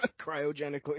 Cryogenically